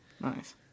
Nice